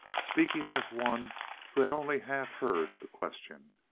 speaking as one who had only half heard the question.